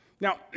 Now